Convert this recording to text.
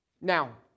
Now